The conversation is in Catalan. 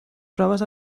proves